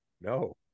No